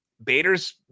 Bader's